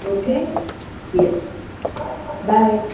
okay yes bye